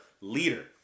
leader